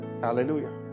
Hallelujah